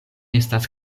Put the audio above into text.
estas